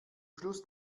schluss